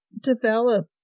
develop